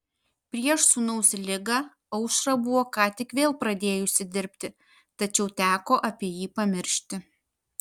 prieš sūnaus ligą aušra buvo ką tik vėl pradėjusi dirbti tačiau teko apie jį pamiršti